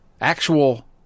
Actual